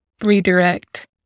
redirect